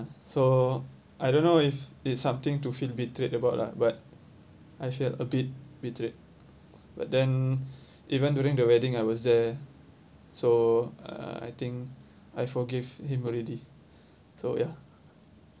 so I don't know if it's something to feel betrayed about lah but I feel a bit betrayed but then even during the wedding I was there so uh I think I forgive him already so ya